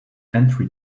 entry